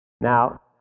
Now